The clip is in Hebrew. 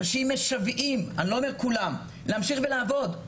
אנשים משוועים אני לא אומר שכולם להמשיך ולעבוד.